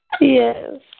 Yes